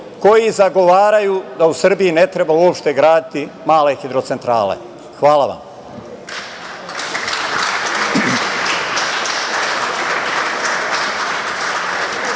koji zagovaraju da u Srbiji ne treba uopšte graditi male hidrocentrale. Hvala vam.